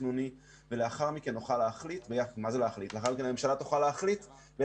התכנוני ולאחר מכן הממשלה תוכל להחליט,